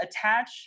attach